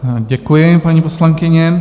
Děkuji, paní poslankyně.